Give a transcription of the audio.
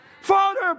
Father